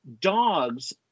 dogs